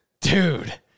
Dude